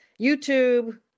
YouTube